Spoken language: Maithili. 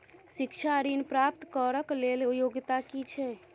शिक्षा ऋण प्राप्त करऽ कऽ लेल योग्यता की छई?